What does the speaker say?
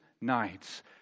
nights